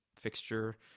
fixture